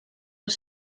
els